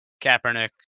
Kaepernick